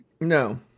No